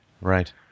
right